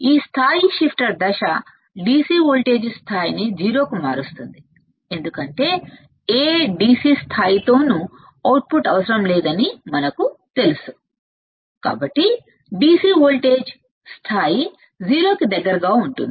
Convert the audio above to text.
ఈ level shifter దశ DC voltage స్థాయిని సున్నా కి మారుస్తుంది ఎందుకంటే ఏ DC స్థాయి తోనూ అవుట్పుట్ అవసరం లేదని మనకి తెలుసు కాబట్టి DC వోల్టేజ్ స్థాయి సున్నా కి దగ్గరగా ఉంటుంది